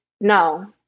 no